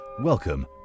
welcome